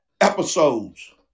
episodes